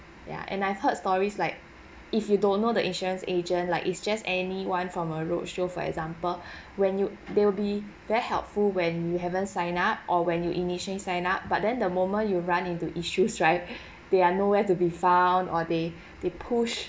yeah and I've heard stories like if you don't know the insurance agent like it's just any one from a roadshow for example when you they will be very helpful when you haven't sign up or when you initially sign up but then the moment you run into issues right they are nowhere to be found or they they push